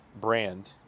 brand